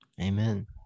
amen